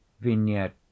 VIGNETTE